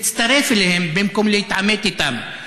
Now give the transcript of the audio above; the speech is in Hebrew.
תצטרף אליהם במקום להתעמת איתם.